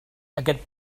aquest